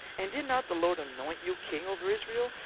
and did not the lord anoint you king over israel?